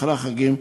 אחרי החגים,